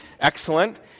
excellent